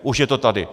Už je to tady!